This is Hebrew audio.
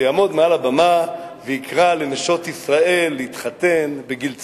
שיעמוד מעל הבמה ויקרא לנשות ישראל להתחתן בגיל צעיר,